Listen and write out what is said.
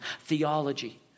theology